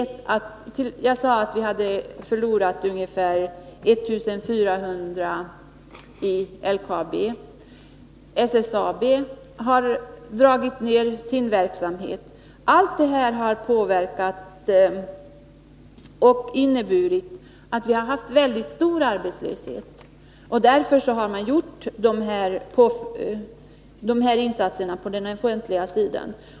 Jag sade att vi har förlorat ungefär 1 400 arbeten i LKAB, och SSAB har ju också dragit ner sin verksamhet. Allt detta har medfört att det uppstått en mycket stor arbetslöshet, varför man gjort de här insatserna på den offentliga sidan.